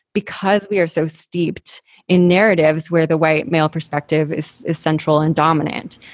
because we are so steeped in narratives where the white male perspective is is central and dominant.